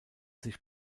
sich